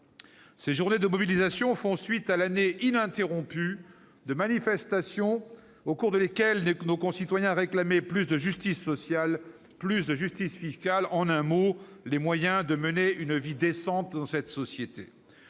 Ces journées de mobilisations font suite à l'année ininterrompue de manifestations au cours desquelles nos concitoyens réclamaient plus de justice sociale, plus de justice fiscale. En un mot : les moyens de mener une vie décente dans cette société.